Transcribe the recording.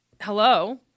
hello